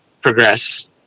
progress